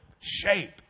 shape